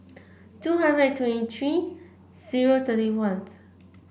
two hundred and twenty three zero thirty ones